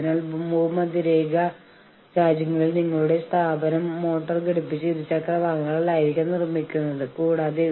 അതിനാൽ പക്ഷപാതം വിവേചനം ഇവയെല്ലാം നിയമവിരുദ്ധമായ വിലപേശൽ വിഷയങ്ങളാണ് അത് തൊഴിലാളി യൂണിയനിലൂടെ സത്യത്തിൽ ഒരു ഔദ്യോഗിക ക്രമീകരണത്തിൽ സംസാരിക്കാൻ പാടില്ല